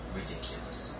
ridiculous